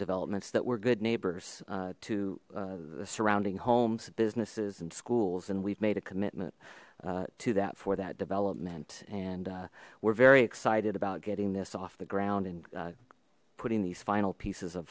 developments that were good neighbors to the surrounding homes businesses and schools and we've made a commitment to that for that development and we're very excited about getting this off the ground and putting these final pieces of